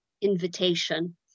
invitation